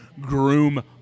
groom